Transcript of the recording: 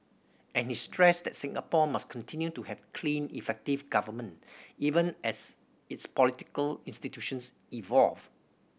and he stressed that Singapore must continue to have clean effective government even as its political institutions evolve